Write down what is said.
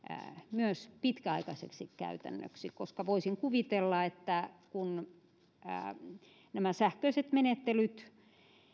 myös pitkäaikaiseksi käytännöksi koska voisin kuvitella että kun nämä sähköiset menettelyt